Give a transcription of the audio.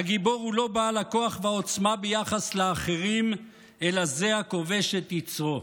הגיבור הוא לא בעל הכוח והעוצמה ביחס לאחרים אלא זה הכובש את יצרו,